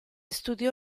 studiò